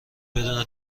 بدون